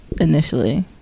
initially